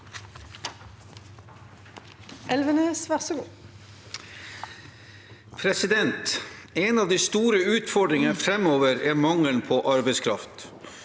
«En av de store utfordringene fremover er mangelen på arbeidskraft,